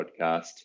podcast